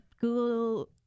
Google